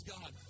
God